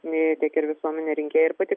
ne tiek ir visuomenė rinkėjai ir pati